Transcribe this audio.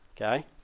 okay